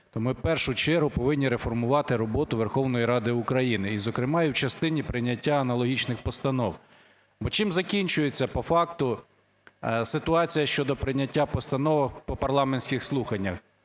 то ми в першу чергу повинні реформувати роботу Верховної Ради України і, зокрема, в частині прийняття аналогічних постанов. Бо чим закінчується по факту ситуація щодо прийняття постав по парламентських слуханнях?